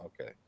okay